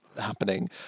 happening